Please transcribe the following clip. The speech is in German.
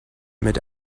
mit